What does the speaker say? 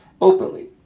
openly